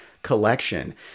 Collection